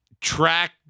track